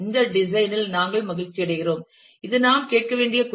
இந்த டிசைன் இல் நாங்கள் மகிழ்ச்சியடைகிறோம் இது நாம் கேட்க வேண்டிய கொறி